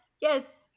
Yes